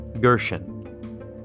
Gershon